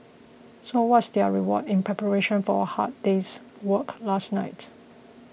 so what's their reward in preparation for a hard day's work last night